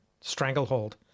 stranglehold